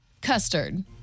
custard